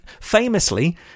famously